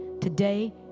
today